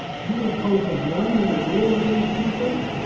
you impose a one-minute rule on these people,